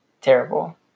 terrible